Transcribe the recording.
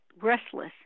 restless